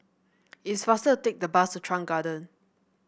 it is faster take the bus to Chuan Garden